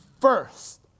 first